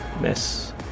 miss